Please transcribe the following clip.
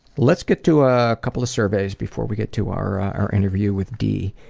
let's get to a couple of surveys before we get to our our interview with d.